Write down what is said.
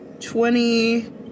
Twenty